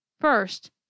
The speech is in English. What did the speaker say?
First